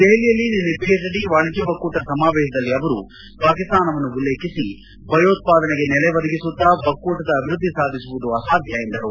ದೆಹಲಿಯಲ್ಲಿ ನಿನ್ನೆ ಪಿಎಚ್ಡಿ ವಾಣಿಜ್ಞ ಒಕ್ಕೂಟ ಸಮಾವೇಶದಲ್ಲಿ ಅವರು ಪಾಕಿಸ್ತಾನವನ್ನು ಉಲ್ಲೇಖಿಸಿ ಭಯೋತ್ಪಾದನೆಗೆ ನೆಲೆ ಒದಗಿಸುತ್ತಾ ಒಕ್ಕೂಟದ ಅಭಿವೃದ್ಧಿಯನ್ನು ಸಾಧಿಸುವುದು ಅಸಾಧ್ಯ ಎಂದರು